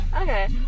Okay